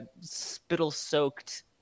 spittle-soaked